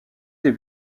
des